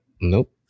Nope